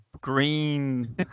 green